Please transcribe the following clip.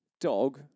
Dog